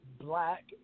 black